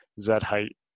Z-height